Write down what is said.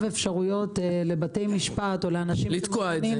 אפשרויות לבתי משפט או לאנשים שמוכנים -- לתקוע את זה.